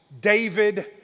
David